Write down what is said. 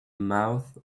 mouth